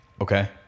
Okay